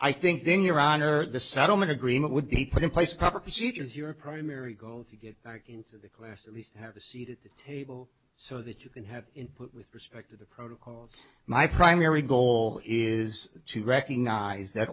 i think in your honor the settlement agreement would be put in place proper procedures your primary goal to get into the class at least have a seat at the table so that you can have input with respect to the protocol is my primary goal is to recognize th